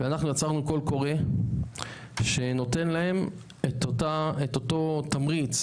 ואנחנו יצרנו קול קורא שנותן להם את אותו תמריץ,